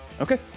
Okay